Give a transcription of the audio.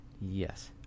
Yes